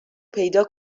پیدا